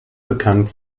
bekannt